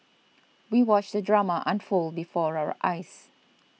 we watched the drama unfold before our eyes